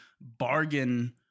bargain